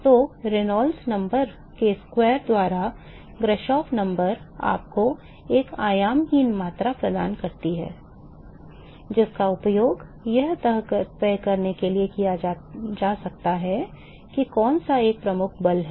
तो रेनॉल्ड्स संख्या के वर्ग द्वारा ग्राशॉफ संख्या आपको एक आयामहीन मात्रा प्रदान करती है जिसका उपयोग यह तय करने के लिए किया जा सकता है कि कौन सा एक प्रमुख बल है